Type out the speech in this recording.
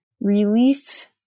Relief